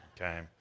Okay